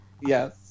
Yes